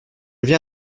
viens